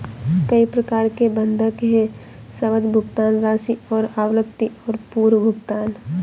कई प्रकार के बंधक हैं, सावधि, भुगतान राशि और आवृत्ति और पूर्व भुगतान